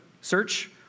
search